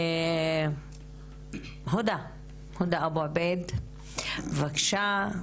הודא אבו עבייד, בבקשה.